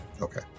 Okay